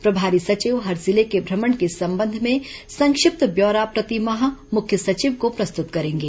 प्रभारी सचिव हर जिले के भ्रमण के संबंध में संक्षिप्त व्यौरा प्रतिमाह मुख्य सचिव को प्रस्तुत करेंगे